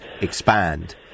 expand